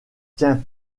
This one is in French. tient